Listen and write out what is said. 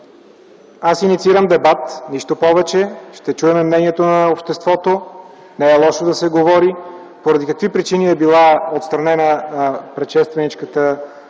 Аз инициирам дебат, нищо повече. Ще чуем мнението на обществото. Не е лошо да се говори поради какви причини е била отстранена предшественичката